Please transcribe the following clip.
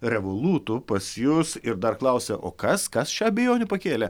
revolutu pas jus ir dar klausia o kas kas šią abejonę pakėlė